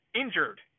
injured